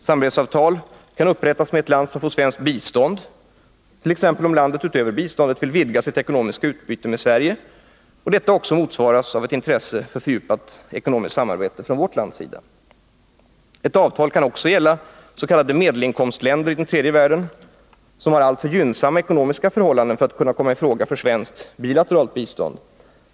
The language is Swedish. Samarbetsavtal kan upprättas med ett land som får svenskt bistånd, t.ex. om landet i fråga utöver biståndet vill vidga sitt ekonomiska utbyte med Sverige samt om också vi har ett intresse av ett fördjupat ekonomiskt samarbete med landet. Ett avtal kan vidare gälla s.k. medelinkomstländer i den tredje världen, dvs. länder som har alltför gynnsamma ekonomiska förhållanden för att kunna komma i fråga för svenskt bilateralt bistånd.